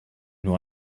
nur